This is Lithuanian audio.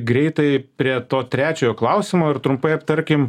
greitai prie to trečiojo klausimo ir trumpai aptarkim